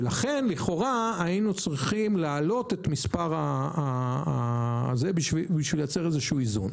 ולכן לכאורה היינו צריכים להעלות את המספר כדי לייצר איזשהו איזון.